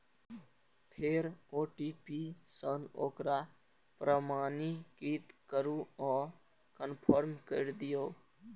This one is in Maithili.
फेर ओ.टी.पी सं ओकरा प्रमाणीकृत करू आ कंफर्म कैर दियौ